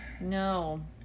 No